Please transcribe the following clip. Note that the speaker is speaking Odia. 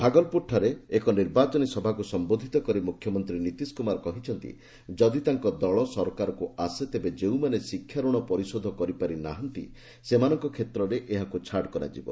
ଭାଗଲପୁରଠାରେ ଏକ ନିର୍ବାଚନୀ ସଭାକୁ ସମ୍ବୋଧିତ କରି ମୁଖ୍ୟମନ୍ତ୍ରୀ ନୀତିଶ କୁମାର କହିଛନ୍ତି ଯଦି ତାଙ୍କ ଦଳ ସରକାରକୁ ଆସେ ତେବେ ଯେଉଁମାନେ ଶିକ୍ଷା ଋଣ ପରିଶୋଧ କରିପାରି ନାହାନ୍ତି ସେମାନଙ୍କ କ୍ଷେତ୍ରରେ ତାହାକୁ ଛାଡ଼ କରାଯିବ